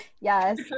yes